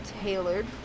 tailored